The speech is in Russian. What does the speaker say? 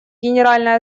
генеральная